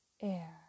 air